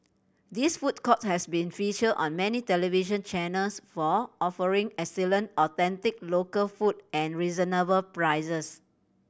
this food court has been featured on many television channels for offering excellent authentic local food at reasonable prices